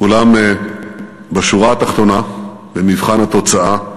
אולם בשורה התחתונה, במבחן התוצאה,